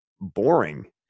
boring